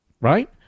Right